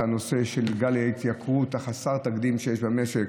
הנושא של גל ההתייקרות חסר התקדים שיש במשק.